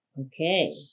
Okay